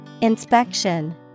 Inspection